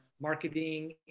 marketing